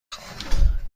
خواهم